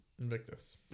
Invictus